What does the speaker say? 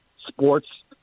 sports